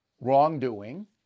wrongdoing